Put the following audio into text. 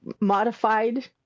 modified